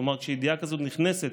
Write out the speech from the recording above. כלומר כשידיעה כזאת נכנסת,